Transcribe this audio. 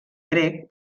grec